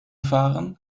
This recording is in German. fahren